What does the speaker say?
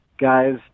guys